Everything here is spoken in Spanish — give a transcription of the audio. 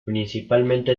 principalmente